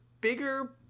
bigger